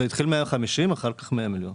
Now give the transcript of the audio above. זה התחיל ב-150 מיליון, אחר כך ירד ל-100 מיליון.